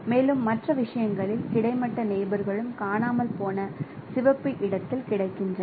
மேலும் மற்ற விஷயங்களில் கிடைமட்ட நெயிபோர் களும் காணாமல் போன சிவப்பு இடத்தில் கிடைக்கின்றன